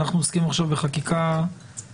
אנחנו עוסקים עכשיו בחקיקה ראשית,